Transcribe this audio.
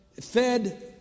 fed